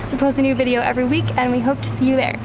post a new video every week and we hope to see you there.